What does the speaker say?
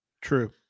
True